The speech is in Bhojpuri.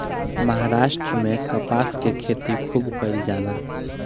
महाराष्ट्र में कपास के खेती खूब कईल जाला